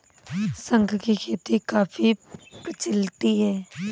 शंख की खेती काफी प्रचलित है